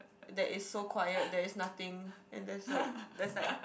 that is so quiet there is nothing and that's like that's like